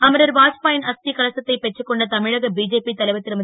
அமரர் வாஜ்பா ன் அஸ் கலசத்தை பெற்றுக்கொண்ட தமிழக பிஜேபி தலைவர் ரும